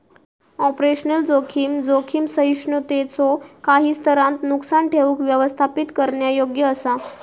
operational जोखीम, जोखीम सहिष्णुतेच्यो काही स्तरांत नुकसान ठेऊक व्यवस्थापित करण्यायोग्य असा